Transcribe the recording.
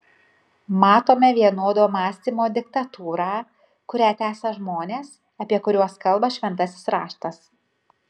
matome vienodo mąstymo diktatūrą kurią tęsia žmonės apie kuriuos kalba šventasis raštas